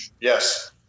Yes